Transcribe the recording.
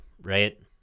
right